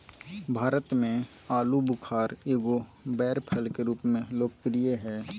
भारत में आलूबुखारा एगो बैर फल के रूप में लोकप्रिय हइ